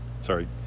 sorry